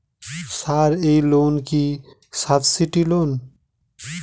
Sir এই loan কি subsidy loan?